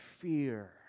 fear